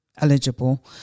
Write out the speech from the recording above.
eligible